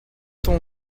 ton